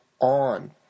on